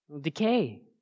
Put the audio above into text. Decay